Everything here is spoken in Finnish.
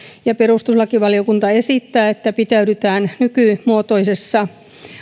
perustuslakivaliokunta esittää että suojan rajoittamisessa pitäydytään nykymuotoisessa